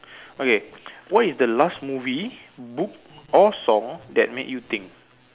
okay what is the last movie book or song that made you think